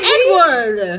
Edward